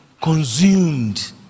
consumed